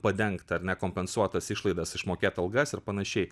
padengt ar ne kompensuot tas išlaidas išmokėt algas ir panašiai